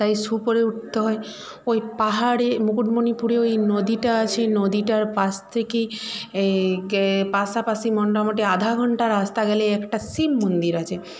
তাই শ্যু পরে উঠতে হয় ওই পাহাড়ে মুকুটমনিপুরে ওই নদীটা আছে নদীটার পাশ থেকেই এই পাশাপাশি মোটামোটি আধা ঘন্টা রাস্তা গেলেই একটা শিব মন্দির আছে